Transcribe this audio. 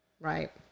Right